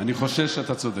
אני חושש שאתה צודק.